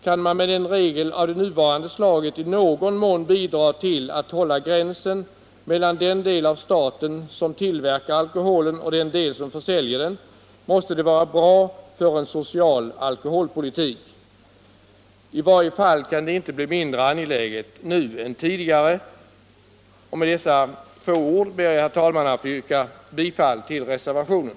Kan man med en regel av det nuvarande slaget i någon mån bidra till att hålla gränsen mellan den del av staten som tillverkar alkoholen och den del som försäljer den, måste det vara bra för en social alkoholpolitik. I varje fall kan det inte bli mindre angeläget nu än tidigare. Med dessa få ord ber jag, herr talman, att få yrka bifall till reservationen.